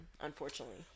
unfortunately